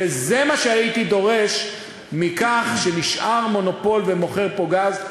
וזה מה שהייתי דורש מכך שאם נשאר מונופול ומוכר פה גז,